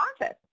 office